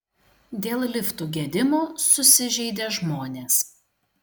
dėl liftų gedimų susižeidė žmonės